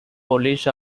polish